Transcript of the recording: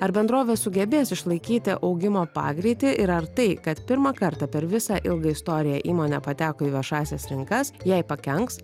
ar bendrovė sugebės išlaikyti augimo pagreitį ir ar tai kad pirmą kartą per visą ilgą istoriją įmonė pateko į viešąsias rinkas jai pakenks